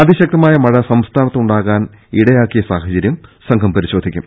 അതിശക്തമായ മഴ സംസ്ഥാനത്തുണ്ടാകാൻ ഇടയാക്കിയ സാ ഹചര്യം സംഘം പരിശോധിക്കും